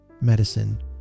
medicine